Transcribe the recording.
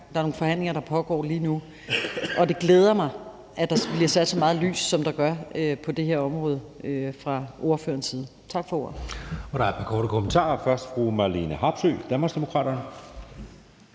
der er nogle forhandlinger, der pågår lige nu, og det glæder mig, at der bliver sat så meget lys på det her område, som der gør fra ordførernes side. Tak for ordet.